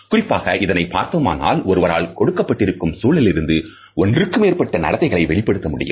குறிப்பாக இதனை பார்த்தோமானால் ஒருவரால் கொடுக்கப்பட்டிருக்கும் சூழலிலிருந்து ஒன்றுக்கு மேற்பட்ட நடத்தைகளை வெளிப்படுத்த முடியும்